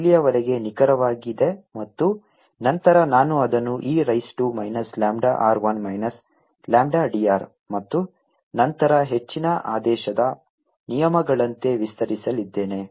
ಇಲ್ಲಿಯವರೆಗೆ ನಿಖರವಾಗಿದೆ ಮತ್ತು ನಂತರ ನಾನು ಅದನ್ನು e raise to minus lambda r 1 minus lambda d r ಮತ್ತು ನಂತರ ಹೆಚ್ಚಿನ ಆದೇಶದ ನಿಯಮಗಳಂತೆ ವಿಸ್ತರಿಸಲಿದ್ದೇನೆ